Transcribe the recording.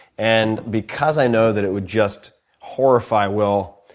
and because i know that it would just horrify will,